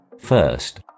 First